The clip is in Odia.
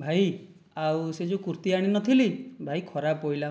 ଭାଇ ଆଉ ସେଇ ଯେଉଁ କୁର୍ତ୍ତୀ ଆଣିନଥିଲି ଭାଇ ଖରାପ ପଡ଼ିଲା